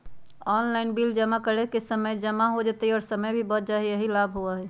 Online bill जमा करे से समय पर जमा हो जतई और समय भी बच जाहई यही लाभ होहई?